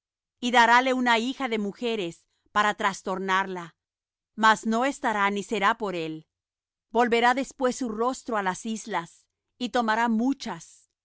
y darále una hija de mujeres para trastornarla mas no estará ni será por él volverá después su rostro á las islas y tomará muchas